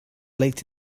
late